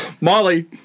Molly